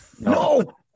no